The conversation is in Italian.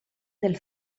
del